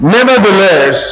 Nevertheless